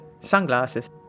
sunglasses